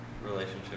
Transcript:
relationship